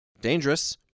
Dangerous